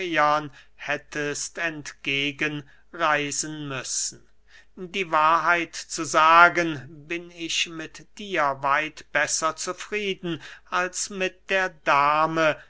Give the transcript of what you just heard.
hättest entgegen reisen müssen die wahrheit zu sagen bin ich mit dir weit besser zufrieden als mit der dame